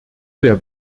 sehr